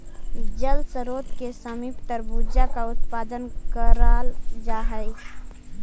जल स्रोत के समीप तरबूजा का उत्पादन कराल जा हई